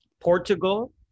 Portugal